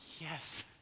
yes